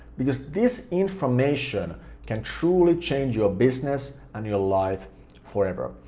because this information can truly change your business and your life forever.